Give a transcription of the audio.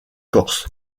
corse